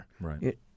Right